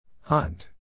Hunt